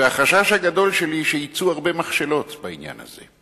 והחשש הגדול שלי שיצאו הרבה מכשלות בעניין הזה.